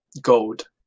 gold